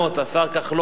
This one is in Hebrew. ירצה לענות בשם שר הפנים,